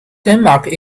denmark